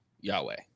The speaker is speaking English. Yahweh